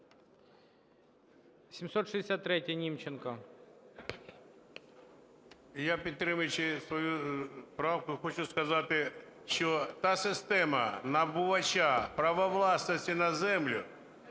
Я, підтримуючи свою правку, хочу сказати, що та система набувача права власності на землю,